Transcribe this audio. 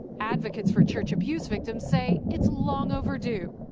advocates for church abuse victims say it's long overdue.